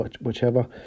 whichever